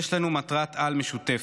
יש לנו מטרת-על משותפת: